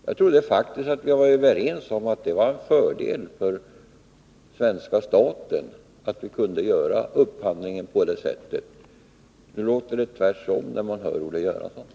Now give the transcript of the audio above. Jag trodde faktiskt att vi var överens om att det var till fördel för svenska staten att vi kunde göra upphandlingen på detta sätt. Nu låter det tvärtom, när vi hör Olle Göransson.